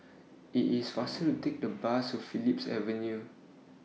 IS IT faster to Take The Bus to Phillips Avenue